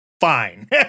Fine